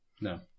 No